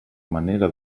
manera